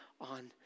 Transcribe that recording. on